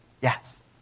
yes